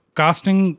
casting